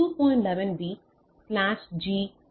11 B ஸ்லாஷ்g 54 M